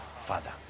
Father